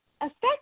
affect